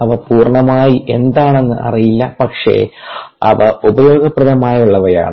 അവ പൂർണ്ണമായി എന്താണെന്ന് അറിയില്ല പക്ഷേ അവ ഉപയോഗപ്രദമുള്ളവയാണ്